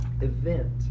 event